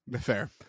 Fair